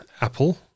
Apple